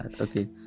Okay